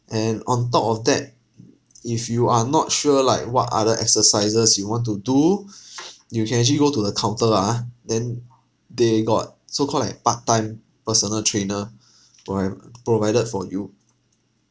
and on top of that uh if you are not sure like what are the exercises you want to do you can actually go to the counter lah ah then they got so called like part time personal trainer provided for you